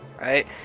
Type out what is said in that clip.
right